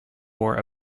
wore